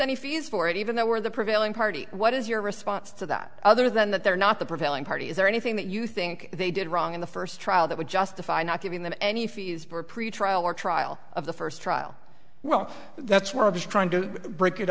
any fees for it even though we're the prevailing party what is your response to that other than that they're not the prevailing party is there anything that you think they did wrong in the first trial that would justify not giving them any fees for pretrial or trial of the first trial well that's we're just trying to break it